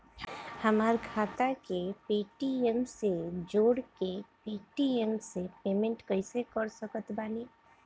हमार खाता के पेटीएम से जोड़ के पेटीएम से पेमेंट कइसे कर सकत बानी?